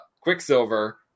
Quicksilver